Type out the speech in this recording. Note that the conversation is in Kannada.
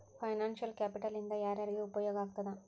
ಫೈನಾನ್ಸಿಯಲ್ ಕ್ಯಾಪಿಟಲ್ ಇಂದಾ ಯಾರ್ಯಾರಿಗೆ ಉಪಯೊಗಾಗ್ತದ?